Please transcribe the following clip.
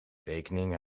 rekening